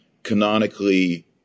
canonically